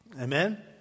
Amen